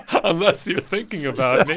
unless you're thinking about